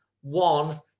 one